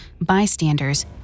Bystanders